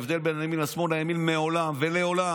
ההבדל בין ימין לשמאל מעולם ולעולם,